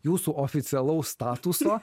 jūsų oficialaus statuso